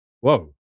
Whoa